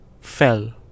fell